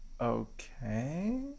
okay